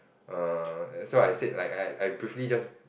err so I said like I I briefly just